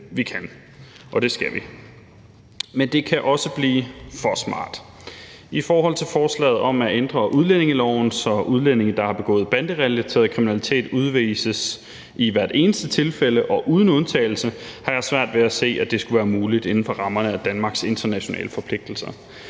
vi kan, og det skal vi. Men det kan også blive for smart. Forslaget om at ændre udlændingeloven, så udlændinge, der har begået banderelateret kriminalitet, udvises i hvert eneste tilfælde og uden undtagelse, har jeg svært ved at se skulle være muligt at gennemføre inden for rammerne af Danmarks internationale forpligtelser.